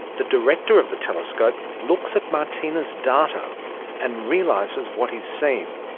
the director of the telescope looks at martina's data and realises what he has seen.